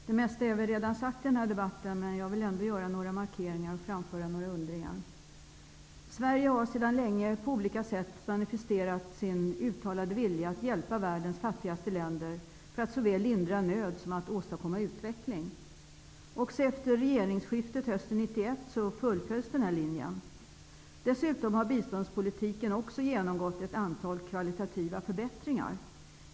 Herr talman! Det mesta är väl redan sagt i den här debatten, men jag vill ändå göra några markeringar och framföra några undringar. Sverige har länge på olika sätt manifesterat sin uttalade vilja att hjälpa världens fattigaste länder såväl för att lindra nöd som för att åstadkomma utveckling. Också efter regeringsskiftet hösten 1991 fullföljs den linjen. Biståndspolitiken har också genomgått ett antal kvalitativa förbättringar.